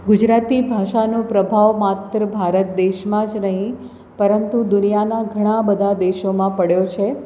ગુજરાતી ભાષાનો પ્રભાવ માત્ર ભારત દેશમાં જ નહીં પરંતુ દુનિયાના ઘણા બધા દેશોમાં પડ્યો છે